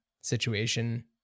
situation